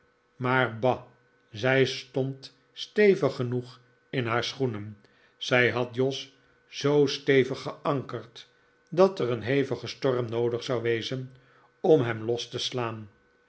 maar bah zij stond stevig genoeg in haar schoenen zij had jos zoo stevig geankerd dat er een hevige storm noodig zou wezen om hem los te slaan